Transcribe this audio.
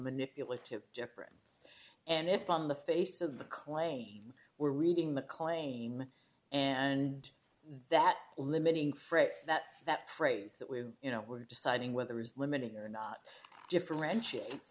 manipulative difference and if on the face of the claim we're reading the claim and that limiting phrase that that phrase that we you know we're deciding whether is limiting or not differentiate